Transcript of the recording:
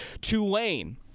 Tulane